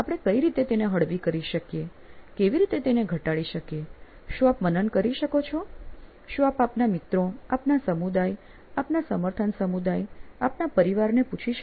આપણે કઈ રીતે તેને હળવી કરી શકીએ કેવી રીતે તેને ઘટાડી શકીએ શું આપ મનન કરી શકો છો શું આપ આપના મિત્રો આપના સમુદાય આપના સમર્થન સમુદાય આપના પરિવારને પૂછી શકો